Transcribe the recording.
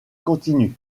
continue